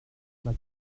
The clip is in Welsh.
mae